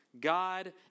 God